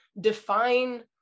define